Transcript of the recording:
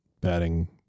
batting